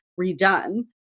redone